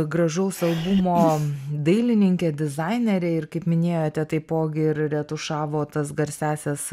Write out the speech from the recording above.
gražaus albumo dailininkė dizainerė ir kaip minėjote taipogi ir retušavo tas garsiąsias